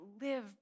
live